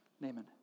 Naaman